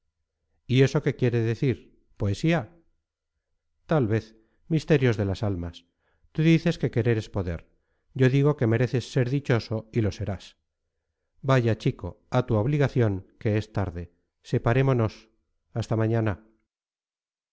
y eso qué quiere decir poesía tal vez misterios de las almas tú dices que querer es poder yo digo que mereces ser dichoso y lo serás vaya chico a tu obligación que es tarde separémonos hasta mañana